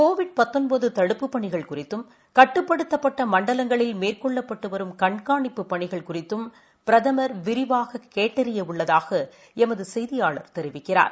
Covid தடுப்புப் பணிகள் குறித்தும் கட்டுப்படுத்தப்பட்டமண்டலங்களில் மேற்கொள்ளப்பட்டுவரும் கண்காணிப்பு பணிகள் குறித்தும் பிரதம் விரிவாககேட்டறியஉள்ளதாகளமதுசெய்தியாளர் தெரிவிக்கிறார்